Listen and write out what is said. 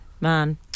man